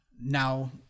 now